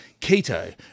keto